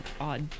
odd